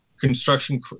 construction